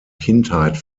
kindheit